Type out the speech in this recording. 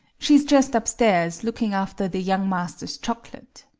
she's just upstairs, looking after the young master's chocolate.